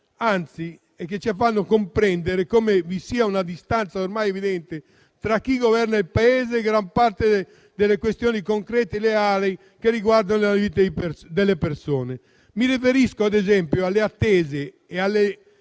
facendoci comprendere come vi sia una distanza ormai evidente tra chi governa il Paese e gran parte delle questioni concrete e reali che riguardano la vita delle persone. Mi riferisco, ad esempio, alle attese e alle